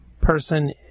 person